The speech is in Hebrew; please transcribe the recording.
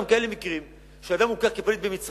אבל יש גם כאלה מקרים שאדם מוכר כפליט במצרים,